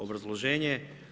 Obrazloženje.